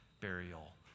burial